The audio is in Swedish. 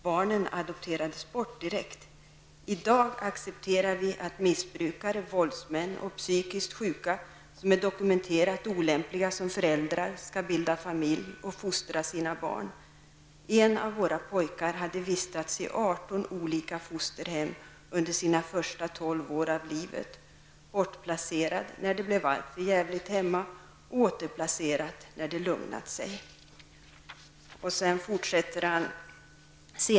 Barnen adopterades bort direkt. I dag accepterar vi att missbrukare, våldsmän och psykiskt sjuka som är dokumenterat olämpliga som föräldrar skall bilda familj och fostra sina barn. En av våra pojkar har vistats i 18 olika fosterhem under sina första 12 år av livet, bortplacerad när det blev alltför djävligt hemma, och återplacerad när det lugnat sig.